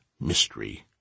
mystery